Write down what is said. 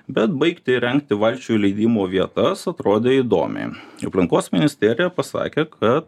bet baigti įrengti valčių įleidimo vietas atrodė įdomiai aplinkos ministerija pasakė kad